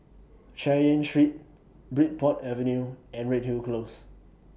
Chay Yan Street Bridport Avenue and Redhill Close